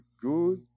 good